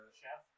chef